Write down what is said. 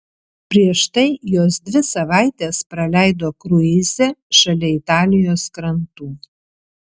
prieš tai jos dvi savaites praleido kruize šalia italijos krantų